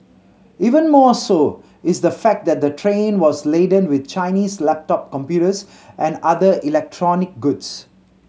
even more so is the fact that the train was laden with Chinese laptop computers and other electronic goods